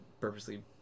purposely